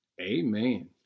amen